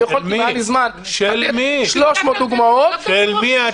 ואם היה לי זמן הייתי נותן 300 דוגמאות -- של מי?